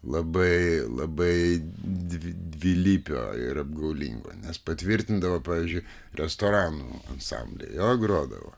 labai labai dvi dvilypio ir apgaulingo nes patvirtindavo pavyzdžiui restoranų ansambliai jo grodavo